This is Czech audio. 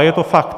A je to fakt.